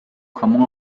jamón